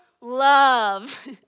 love